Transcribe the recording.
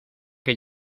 que